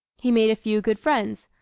he made a few good friends,